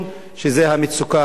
שזה המצוקה האמיתית.